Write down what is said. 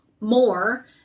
more